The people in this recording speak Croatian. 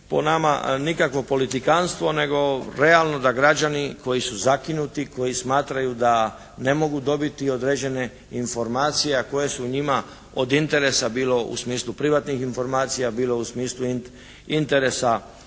po nama nikakvo politikanstvo nego realno da građani koji su zakinuti, koji smatraju da ne mogu dobiti određene informacije a koje su njima od interesa bilo u smislu privatnih informacija, bilo u smislu interesa